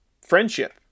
friendship